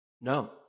No